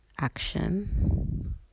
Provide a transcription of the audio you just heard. action